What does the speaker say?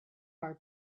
our